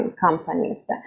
companies